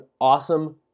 awesome